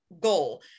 goal